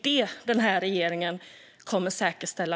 Det är vad regeringen nu kommer att säkerställa.